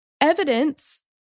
evidence